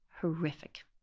horrific